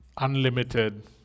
unlimited